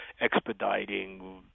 expediting